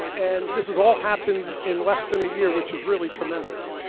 and this has all happened in less than a year, which is really tremendous.